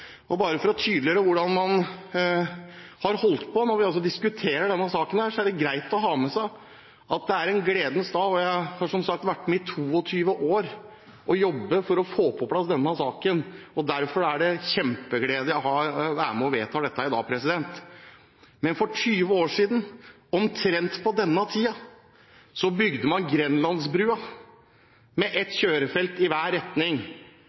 tatt. Bare for å tydeliggjøre hvordan man har holdt på: Når vi diskuterer denne saken, er det greit å ha med seg at det er en gledens dag, og jeg har, som sagt, vært med i 22 år og jobbet for å få på plass denne saken, og derfor er det kjempegledelig å få være med og vedta dette i dag. Men for 20 år siden, omtrent på denne tiden, bygde man Grenlandsbrua med ett kjørefelt i hver retning,